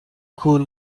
cool